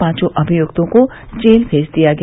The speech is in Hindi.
पांचों अभियुक्तों को जेल भेज दिया गया